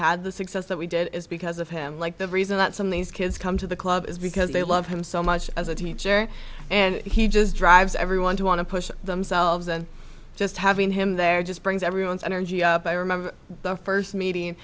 had the success that we did is because of him like the reason that some of these kids come to the club is because they love him so much as a teacher and he just drives everyone to want to push themselves and just having him there just brings everyone's energy up i remember the first meeting